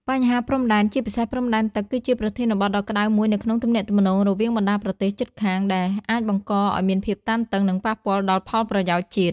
បញ្ហាព្រំដែន ជាពិសេសព្រំដែនទឹក គឺជាប្រធានបទដ៏ក្តៅមួយនៅក្នុងទំនាក់ទំនងរវាងបណ្តាប្រទេសជិតខាង ដែលអាចបង្កឱ្យមានភាពតានតឹង និងប៉ះពាល់ដល់ផលប្រយោជន៍ជាតិ។